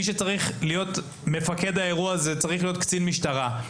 מי שצריך להיות מפקד האירוע צריך להיות קצין משטרה.